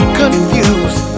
confused